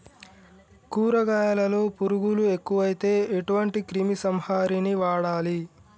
కూరగాయలలో పురుగులు ఎక్కువైతే ఎటువంటి క్రిమి సంహారిణి వాడాలి?